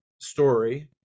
story